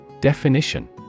Definition